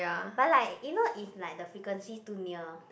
but like you know if like the frequency too near